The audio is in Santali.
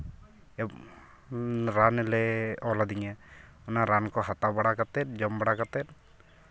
ᱨᱟᱱᱮ ᱚᱞ ᱟᱹᱫᱤᱧᱟᱭ ᱚᱱᱟ ᱨᱟᱱ ᱦᱟᱛᱟᱣ ᱵᱟᱲᱟ ᱠᱟᱛᱮᱫ ᱡᱚᱢ ᱵᱟᱲᱟ ᱠᱟᱛᱮᱫ